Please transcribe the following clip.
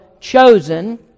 chosen